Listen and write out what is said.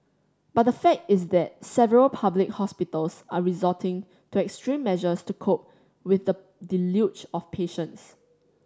but the fact is that several public hospitals are resorting to extreme measures to cope with the deluge of patients